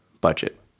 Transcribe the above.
budget